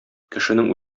кешенең